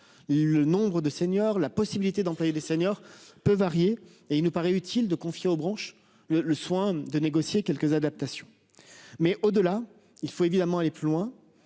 le nombre de seniors, la possibilité d'employer les seniors peu varier et il nous paraît utile de confier aux branches le soin de négocier quelques adaptations. Mais au-delà, il faut évidemment aller plus loin,